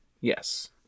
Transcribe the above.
yes